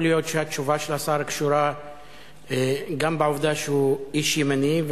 יכול להיות שהתשובה של השר קשורה גם בעובדה שהוא איש ימני,